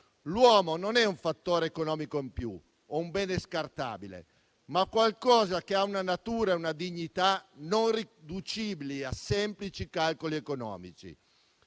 «L'uomo non è un fattore economico in più, o un bene scartabile, ma qualcosa che ha una natura e una dignità non riducibili a semplici calcoli economici».